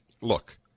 look